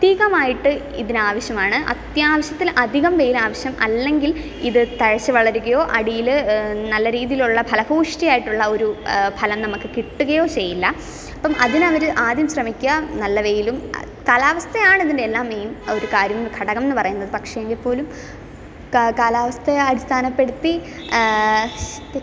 അധികമായിട്ട് ഇതിന് ആവശ്യമാണ് അത്യാവശ്യത്തിന് അധികം വെയിൽ ആവശ്യം അല്ലെങ്കിൽ ഇത് തഴച്ചു വളരുകയോ അടിയിൽ നല്ല രീതിയിലുള്ള ഫലഭൂയിഷ്ട്ടി ആയിട്ടുള്ള ഒരു ഫലം നമുക്ക് കിട്ടുകയൊ ചെയ്യില്ല അപ്പം അതിന് അവർ ആദ്യം ശ്രമിയ്ക്കുക നല്ല വെയിലും കാലാവസ്ഥയാണ് ഇതിൻറെ എല്ലാ മെയിൻ ഒരു കാര്യം ഘടകം എന്ന് പറയുന്നത് പക്ഷേ എങ്കിൽ പോലും കാലാവസ്ഥയെ അടിസ്ഥാനപ്പെടുത്തി തെറ്റി